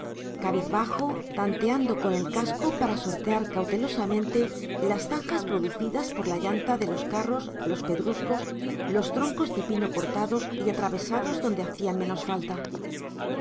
cabizbajo tanteando con el casco para sortear cautelosamente las zanjas producidas por la llanta de los carros los pedruscos los troncos de pino cortados y atravesados donde hacían menos falta